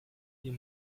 you